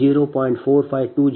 0